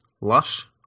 lush